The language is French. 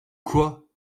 quoi